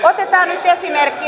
otetaan nyt esimerkki